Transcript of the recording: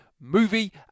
movie